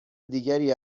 دیگری